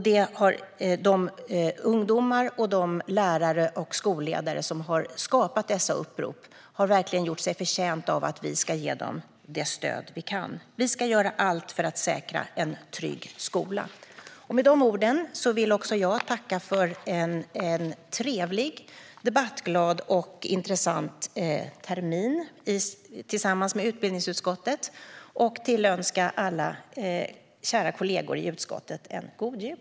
De ungdomar, lärare och skolledare som har skapat dessa upprop har verkligen gjort sig förtjänta av att vi ger dem det stöd vi kan. Vi ska göra allt vi kan för att säkra en trygg skola. Jag vill tacka för en trevlig, debattglad och intressant termin tillsammans med utbildningsutskottet och tillönska alla kära kollegor i utskottet en god jul.